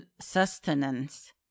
sustenance